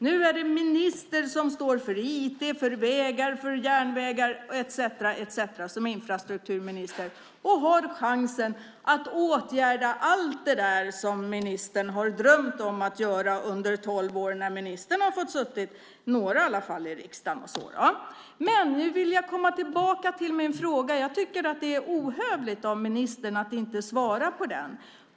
Nu är det Åsa Torstensson som står för IT, vägar, järnvägar etcetera som infrastrukturminister och har chansen att åtgärda allt det där som hon har drömt om att göra under de tolv åren, när hon fick sitta i alla fall några år i riksdagen. Men nu vill jag komma tillbaka till min fråga. Det är ohövligt av ministern att inte svara på den.